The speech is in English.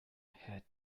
had